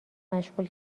مشغول